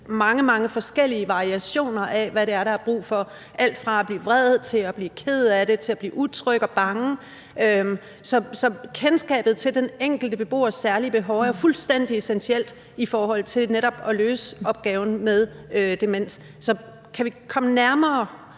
mange forskellige variationer af, hvad det er, der er brug for – alt fra at blive vred, til at blive ked af det og til at blive utryg og bange. Så kendskabet til den enkelte beboers særlige behov er fuldstændig essentielt i forhold til netop at løse opgaven med demens. Så kan vi komme nærmere